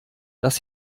dass